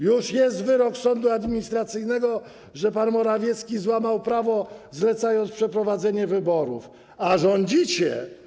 Już jest wyrok sądu administracyjnego, że pan Morawiecki złamał prawo, zlecając przeprowadzenie wyborów, a rządzicie.